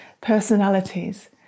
personalities